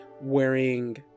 wearing